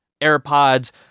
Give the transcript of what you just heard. AirPods